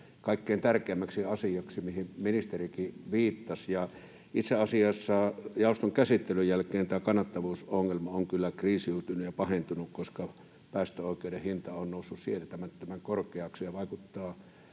kaikkein tärkeimmäksi asiaksi, mihin ministerikin viittasi. Ja itse asiassa jaoston käsittelyn jälkeen tämä kannattavuusongelma on kyllä kriisiytynyt ja pahentunut, koska päästöoikeuden hinta on noussut sietämättömän korkeaksi ja vaikuttaa